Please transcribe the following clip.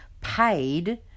paid